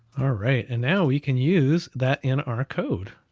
alright, and now we can use that in our code.